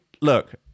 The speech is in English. look